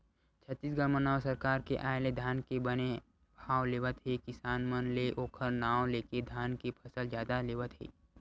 छत्तीसगढ़ म नवा सरकार के आय ले धान के बने भाव लेवत हे किसान मन ले ओखर नांव लेके धान के फसल जादा लेवत हे